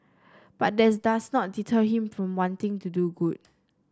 but that does not deter him from wanting to do good